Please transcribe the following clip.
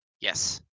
Yes